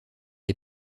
est